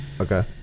Okay